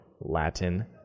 Latin